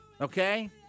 Okay